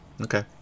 okay